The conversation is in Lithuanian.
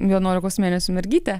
vienuolikos mėnesių mergytė